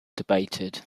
debated